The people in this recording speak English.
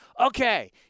okay